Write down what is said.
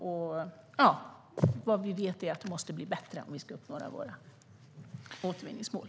Det vi vet är att detta måste bli bättre om vi ska uppnå våra återvinningsmål.